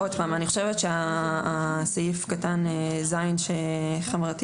אני חושבת שסעיף קטן (ז) שחברתי